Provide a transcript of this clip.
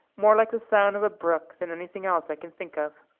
more like the sound of a brook than anything else i can think of.